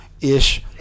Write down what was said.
ish